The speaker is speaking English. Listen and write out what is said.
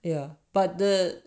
ya but the